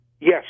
yes